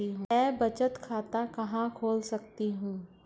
मैं बचत खाता कहां खोल सकती हूँ?